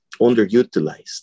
underutilized